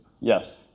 Yes